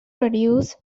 reduced